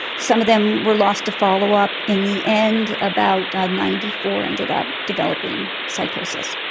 some of them were lost to follow-up. in the end about ninety four ended up developing psychosis.